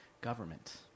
government